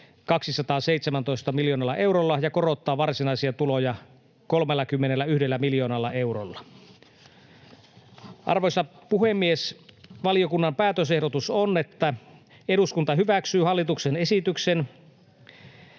217 miljoonalla eurolla ja korottaa varsinaisia tuloja 31 miljoonalla eurolla. Arvoisa puhemies! Valiokunnan päätösehdotus on, että eduskunta hyväksyy hallituksen esitykseen